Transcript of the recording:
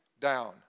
down